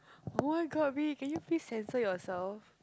oh-my-god B can you please censor yourself